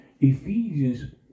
Ephesians